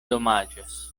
domaĝas